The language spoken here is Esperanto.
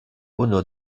unu